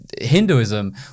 Hinduism